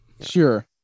Sure